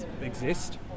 exist